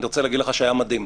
אני רוצה להגיד לך שהיה מדהים.